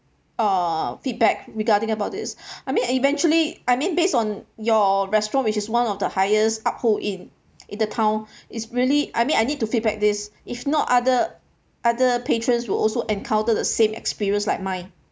uh feedback regarding about this I mean eventually I mean based on your restaurant which is one of the highest uphold in in the town it's really I mean I need to feedback this if not other other patrons will also encounter the same experience like mine